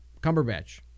Cumberbatch